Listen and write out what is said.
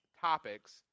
topics